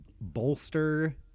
bolster